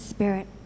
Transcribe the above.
Spirit